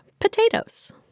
potatoes